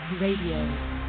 Radio